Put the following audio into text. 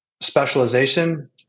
specialization